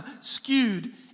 skewed